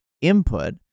input